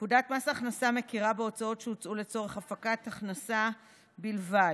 פקודת מס הכנסה מכירה בהוצאות שהוצאו לצורך הפקת הכנסה בלבד.